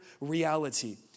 reality